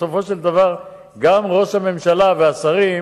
ובסופו של דבר גם ראש הממשלה והשרים,